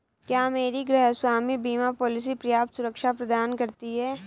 क्या मेरी गृहस्वामी बीमा पॉलिसी पर्याप्त सुरक्षा प्रदान करती है?